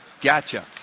Gotcha